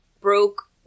broke